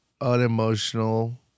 unemotional